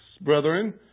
brethren